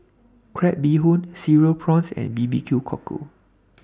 Crab Bee Hoon Cereal Prawns and Bbq Cockle